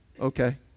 okay